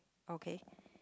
okay